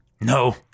No